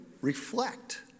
reflect